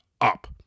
up